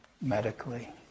medically